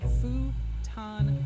futon